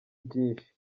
byinshi